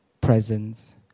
presence